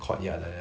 courtyard ah